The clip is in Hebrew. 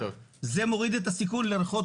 זה מוריד את הסיכון לריחות,